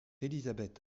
élisabeth